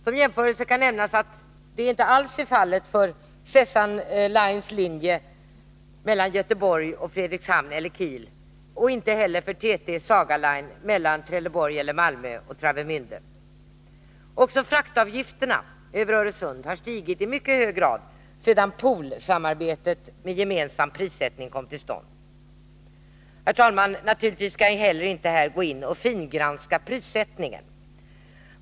Som jämförelse kan nämnas att så inte alls är fallet för Sessanlines linje mellan Göteborg och Frederikshavn eller Kiel och inte heller för TT-Saga-Lines linje mellan Trelleborg eller Malmö och Travemände: Också fraktavgifterna över Öresund har stigit mycket sedan poolsamarbetet med gemensam prissättning kom till stånd. Herr talman! Naturligtvis skall jag här inte gå in på en fingranskning av prissättningen.